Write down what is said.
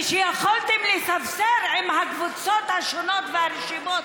כשיכולתם לספסר עם הקבוצות השונות ברשימות